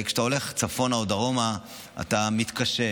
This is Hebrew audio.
כשאתה הולך צפונה או דרומה אתה מתקשה,